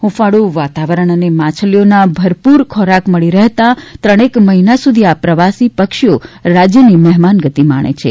હંફાળું વાતાવરણ અને માછલીઓને ભરપુર ખોરાક મળી રહેતા ત્રણેક મહિના સુધી આ પ્રવાસી પક્ષીઓ રાજ્યની મહેમાનગતિ માણે છે